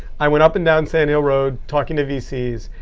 i went up and down sand hill road talking to vcs.